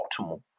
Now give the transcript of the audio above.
optimal